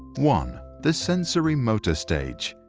one, the sensori-motor stage,